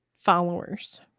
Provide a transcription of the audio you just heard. followers